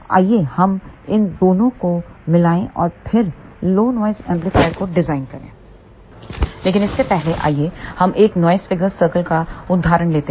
आइए हम इन दोनों को मिलाएं और फिर लो नॉइस एम्पलीफायर को डिज़ाइन करें लेकिन इससे पहले आइए हम एक नॉइस फिगर सर्कल का उदाहरण लेते हैं